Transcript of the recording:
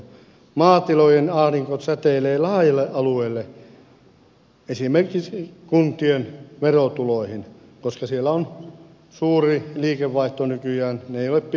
maatilojen ahdinko säteilee laajalle alueelle esimerkiksi kuntien verotuloihin koska siellä on suuri liikevaihto nykyään ne eivät ole pikkutiloja enää